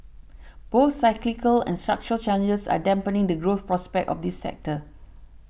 both cyclical and structural challenges are dampening the growth prospects of this sector